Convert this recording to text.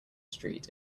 street